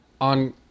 on